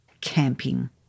camping